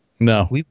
No